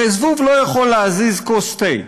הרי זבוב לא יכול להזיז כוס תה.